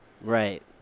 Right